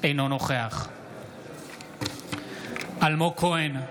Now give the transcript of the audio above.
אינו נוכח אלמוג כהן,